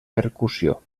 percussió